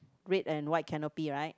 red and white canopy right